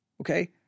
Okay